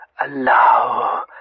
allow